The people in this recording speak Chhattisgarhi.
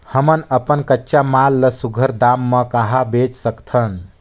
हमन अपन कच्चा माल ल सुघ्घर दाम म कहा बेच सकथन?